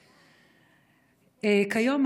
כיום,